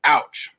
Ouch